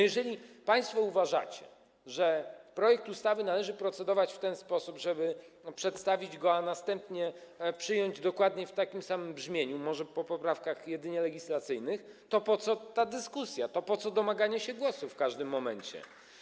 Jeżeli państwo uważacie, że projekt ustawy należy procedować w ten sposób, żeby go przedstawić, a następnie przyjąć dokładnie w takim samym brzmieniu, może po poprawkach jedynie legislacyjnych, to po co ta dyskusja, po co domaganie się głosu w każdym momencie?